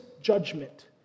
judgment